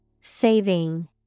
Saving